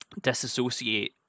disassociate